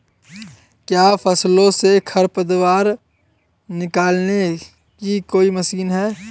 क्या फसलों से खरपतवार निकालने की कोई मशीन है?